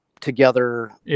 together